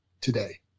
today